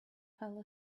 fell